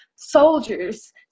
soldiers